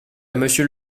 monsieur